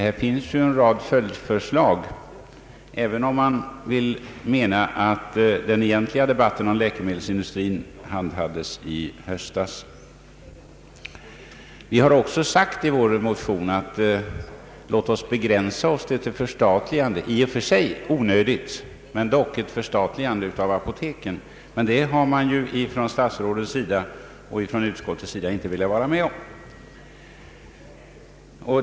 Här finns en rad följdförslag, även om man vill mena att den egentliga debatten om läkemedelsindustrin togs i höstas. Vi har också sagt i vår motion: låt oss begränsa oss till ett — i och för sig onödigt — förstatligande av apoteken. Men det har statsrådet och utskottet inte velat vara med om.